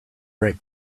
right